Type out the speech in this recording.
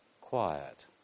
Quiet